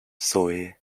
zoe